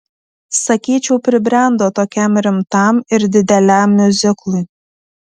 sakyčiau pribrendo tokiam rimtam ir dideliam miuziklui